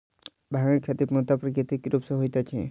भांगक खेती पूर्णतः प्राकृतिक रूप सॅ होइत अछि